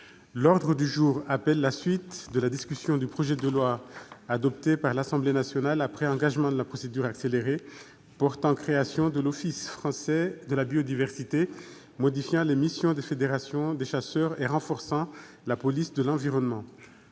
L'ordre du jour appelle la suite de la discussion du projet de loi, adopté par l'Assemblée nationale après engagement de la procédure accélérée, portant création de l'Office français de la biodiversité, modifiant les missions des fédérations des chasseurs et renforçant la police de l'environnement